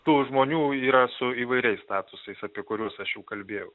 tų žmonių yra su įvairiais statusais apie kuriuos aš jau kalbėjau